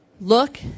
look